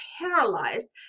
paralyzed